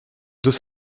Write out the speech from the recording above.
deux